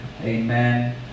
amen